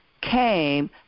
came